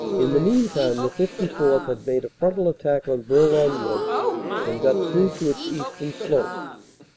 in the meantime the fifty fourth. had made a frontal attack on bourlon wood and got through to its eastern slope.